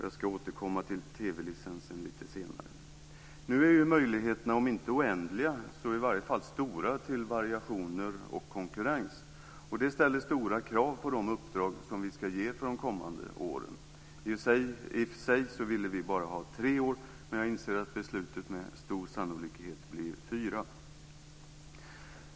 Jag ska återkomma till TV-licensen lite senare. Nu är möjligheterna om inte oändliga så i varje fall stora till variationer och konkurrens. Det ställer stora krav på de uppdrag som vi ska ge för de kommande åren. I och för sig ville vi bara ha tre år, men jag inser att beslutet med stor sannolikhet blir fyra.